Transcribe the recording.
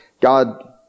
God